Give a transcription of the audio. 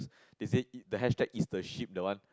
they say eat the hashtag is the ship the one